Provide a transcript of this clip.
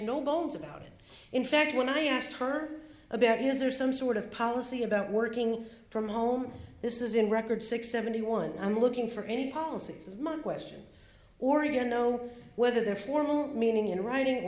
no bones about it in fact when i asked her about his or some sort of policy about working from home this is in record six seventy one i'm looking for any policies as my question or you know whether they're formal meaning in writing